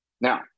Now